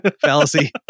fallacy